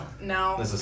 No